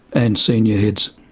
and senior heads,